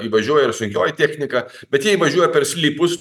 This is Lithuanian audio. įvažiuoja ir sunkioji technika bet jie įvažiuoja per sklypus